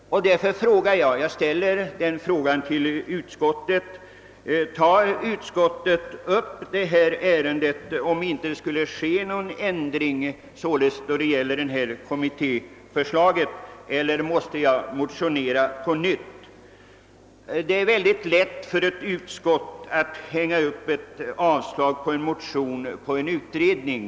Jag vill därför ställa den frågan till utskottets talesman, om utskottet kommer att ta upp detta ärende, om någon ändring inte föreslås i det kommittébetänkande som framläggs, eller om jag i så fall måste motionera på nytt. Det är mycket lätt för ett utskott att hänga upp ett yrkande om avslag på en motion på hänvisningar till en pågående utredning.